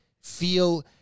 feel